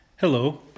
Hello